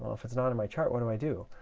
if it's not in my chart, what do i do?